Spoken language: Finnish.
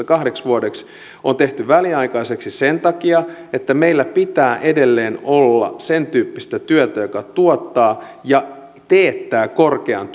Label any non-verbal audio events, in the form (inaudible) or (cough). (unintelligible) kahdeksi vuodeksi on tehty väliaikaiseksi sen takia että meillä pitää edelleen olla sentyyppistä työtä joka tuottaa ja teettää korkean (unintelligible)